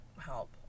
help